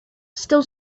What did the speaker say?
still